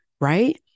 right